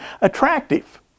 attractive